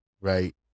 right